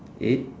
eight